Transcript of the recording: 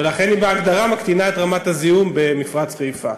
ולכן היא בהגדרה מקטינה את רמת הזיהום במפרץ חיפה.